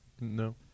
no